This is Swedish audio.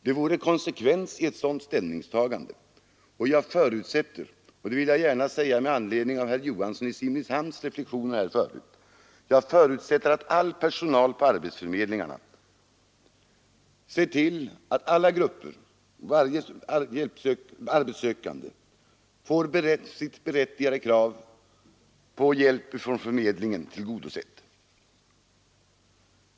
Det vore konsekvens i ett sådant ställningstagande, och jag förutsätter — det vill jag gärna säga med anledning av herr Johanssons i Simrishamn reflexioner här förut — att personalen på arbetsförmedlingar na ser till att varje arbetssökande får sitt berättigade krav på hjälp från förmedlingen tillgodosett.